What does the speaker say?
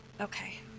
Okay